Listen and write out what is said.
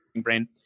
brain